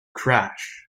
crash